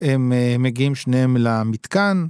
הם מגיעים שניהם למתקן.